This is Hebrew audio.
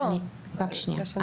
לא, לשנה הזאת.